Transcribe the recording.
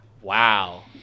Wow